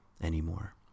anymore